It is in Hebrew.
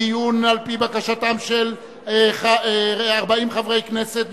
בעקבות דיון על-פי בקשתם של 40 חברי הכנסת,